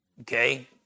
Okay